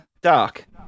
Dark